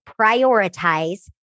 prioritize